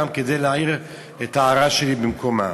גם כדי להעיר את ההערה שלי במקומה.